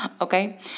Okay